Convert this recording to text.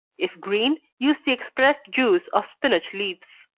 if green, use the expressed juice of spinach leaves.